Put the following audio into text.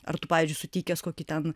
ar tu pavyzdžiui sutikęs kokį ten